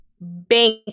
bank